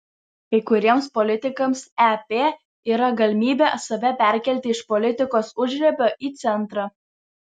kai kuriems politikams ep yra galimybė save perkelti iš politikos užribio į centrą